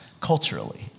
culturally